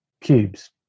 cubes